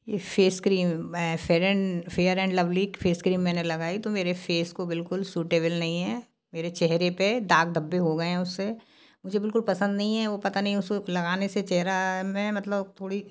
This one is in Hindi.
ये फेस क्रीम फेरेन fair and lovely face cream मैंने लगाई तो मेरे फेस को बिल्कुल सूटेवल नहीं है मेरे चहरे पर दाग़ धब्बे हो गए हैं उससे मुझे बिल्कुल पसंद नहीं है वो पता नहीं उस वक़्त लगाने से चेहरे में मतलब थोड़ी